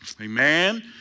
Amen